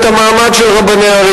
הם ממשיכים לקבל את המעמד של רבני ערים.